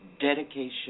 dedication